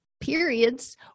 periods